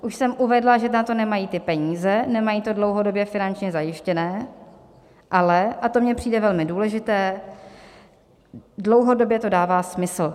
Už jsem uvedla, že na to nemají peníze, nemají to dlouhodobě finančně zajištěno, ale a to mi přijde velmi důležité dlouhodobě to dává smysl.